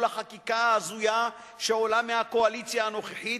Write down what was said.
החקיקה ההזויה שעולה מהקואליציה הנוכחית,